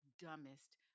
dumbest